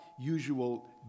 usual